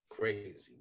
Crazy